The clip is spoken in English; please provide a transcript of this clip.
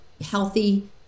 healthy